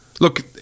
Look